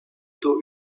taux